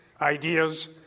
ideas